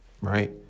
right